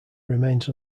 remains